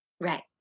Right